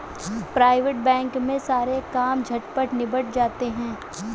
private bank में सारे काम झटपट निबट जाते हैं